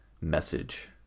message